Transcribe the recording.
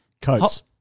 Coats